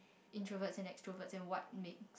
introverts and extroverts and what make